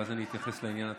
ואז אני אתייחס לעניין עצמו.